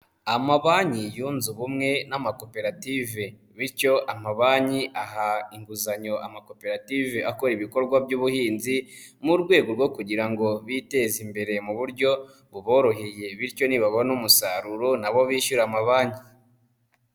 Amabanki yunze ubumwe n'amakoperative bityo amabanki aha inguzanyo amakoperative akora ibikorwa by'ubuhinzi mu rwego rwo kugira ngo biteze imbere mu buryo buboroheye bityo nibabona umusaruro na bo bishyura amabanki.